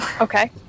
Okay